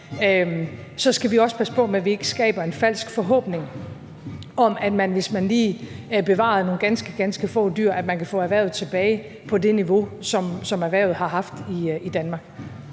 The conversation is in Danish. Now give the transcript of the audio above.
Danmark, også passe på med, at vi ikke skaber en falsk forhåbning om, at man, hvis man lige bevarede nogle ganske, ganske få dyr, kan få erhvervet tilbage på det niveau, som erhvervet har haft i Danmark.